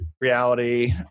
reality